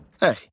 Hey